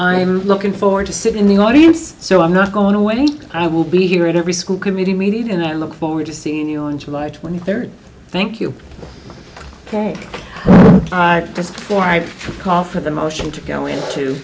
i'm looking forward to sit in the audience so i'm not going away and i will be here at every school committee meeting and i look forward to seeing you on july twenty third thank you i just before i call for the motion to go into